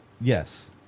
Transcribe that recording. Yes